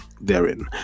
therein